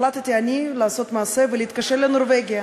החלטתי אני לעשות מעשה ולהתקשר לנורבגיה.